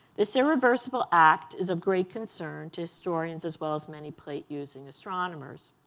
this irreversible act is of great concern to historians as well as many plate-using astronomers.